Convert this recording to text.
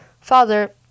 father